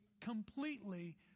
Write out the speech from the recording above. completely